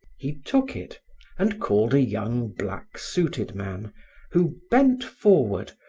he took it and called a young black-suited man who bent forward,